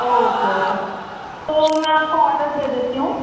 okay okay تو میں آپ کو آڈر دے دیتی ہوں